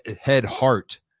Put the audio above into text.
head-heart